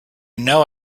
know